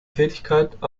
tätigkeit